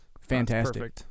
Fantastic